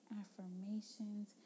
affirmations